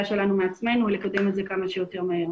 שלנו מעצמנו היא לקדם את זה כמה שיותר מהר.